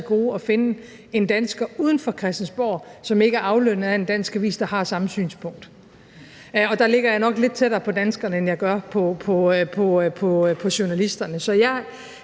at finde en dansker uden for Christiansborg, som ikke er aflønnet af en dansk avis, der har samme synspunkt, og der ligger jeg nok lidt tættere på danskerne, end jeg gør på journalisterne.